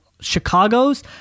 Chicago's